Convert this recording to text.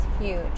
huge